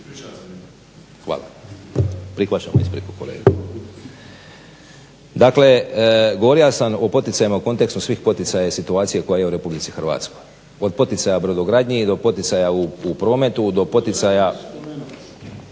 je naravno njegovo pravo. Govorio sam o poticajima u kontekstu svih poticaja i situacije koja je u RH. Od poticaja brodogradnji do poticaja u prometu, do poticaja